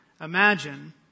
imagine